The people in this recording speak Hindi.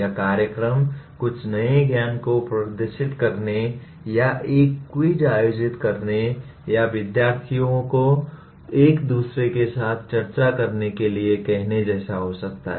यह कार्यक्रम कुछ नए ज्ञान को प्रदर्शित करने या एक क्विज आयोजित करने या विद्यार्थियों को एक दूसरे के साथ चर्चा करने के लिए कहने जैसा हो सकता है